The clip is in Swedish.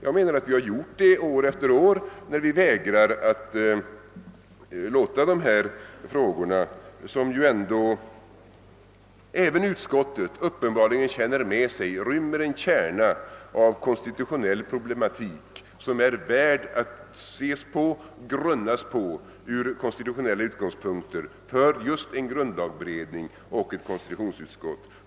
Jag menar att vi år efter år har fattat ett dåligt beslut när vi vägrat att ta upp dessa frågor, som även utskottet uppenbarligen känner med sig rymmer en kärna av konstitutionell problematik som är värd att fundera över ur konstitutionella synpunkter.